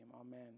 amen